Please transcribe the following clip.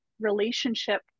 relationship